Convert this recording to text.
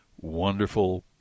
wonderful